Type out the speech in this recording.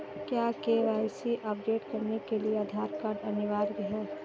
क्या KYC update करने के लिए आधार कार्ड अनिवार्य है?